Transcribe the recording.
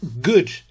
good